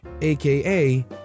aka